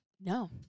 No